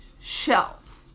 shelf